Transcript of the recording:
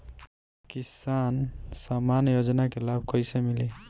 किसान सम्मान योजना के लाभ कैसे मिली?